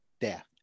death